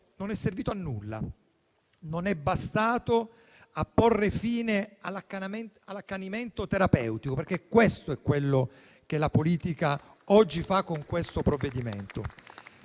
non è servito a nulla, non è bastato a porre fine all'accanimento terapeutico, perché questo è quello che la politica oggi fa con questo provvedimento.